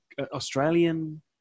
Australian